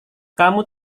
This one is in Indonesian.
kamu